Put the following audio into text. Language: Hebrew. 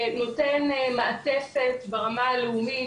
שנותן מעטפת ברמה הלאומית,